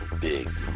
big